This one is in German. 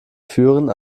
führen